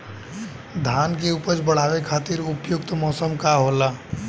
धान के उपज बढ़ावे खातिर उपयुक्त मौसम का होला?